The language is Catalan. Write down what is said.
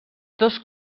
dos